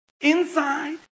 Inside